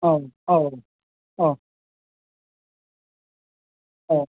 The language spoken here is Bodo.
औ औ औ औ